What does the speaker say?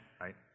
right